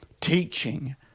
teaching